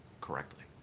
correctly